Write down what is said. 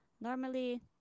normally